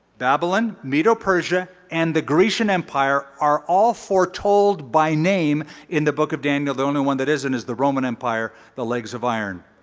babylon, medo persia, and the grecian empire are all foretold by name in the book of daniel. the only one that is and is the roman empire, the legs of iron.